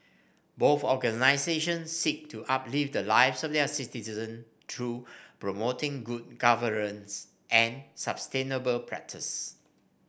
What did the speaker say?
both organisations seek to uplift the lives of their citizen through promoting good governance and sustainable practice